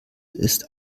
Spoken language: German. ist